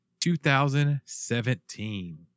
2017